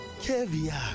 Caviar